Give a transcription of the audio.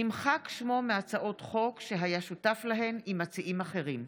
נמחק שמו מהצעות חוק שהיה שותף להן עם מציעים אחרים.